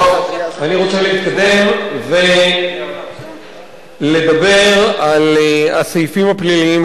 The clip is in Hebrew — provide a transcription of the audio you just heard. אני רוצה להתקדם ולדבר על הסעיפים הפליליים שבחוק.